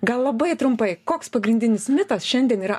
gal labai trumpai koks pagrindinis mitas šiandien yra